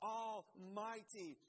almighty